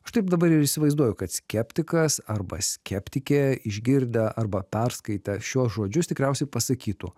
aš taip dabar ir įsivaizduoju kad skeptikas arba skeptikė išgirdę arba perskaitę šiuos žodžius tikriausiai pasakytų